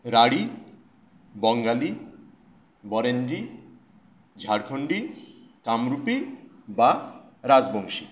রাঢ়ী বঙ্গালী বরেন্দ্রী ঝাড়খন্ডী কামরূপী বা রাজবংশী